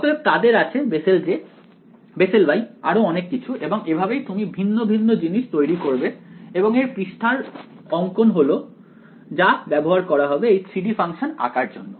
অতএব তাদের আছে বেসেল J বেসেল Y আরো অনেক কিছু এবং এভাবেই তুমি ভিন্ন ভিন্ন জিনিস তৈরি করবে এবং এর পৃষ্টের অংকন হলো যা ব্যবহার করা হবে এই 3D ফাংশন আঁকার জন্য